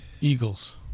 Eagles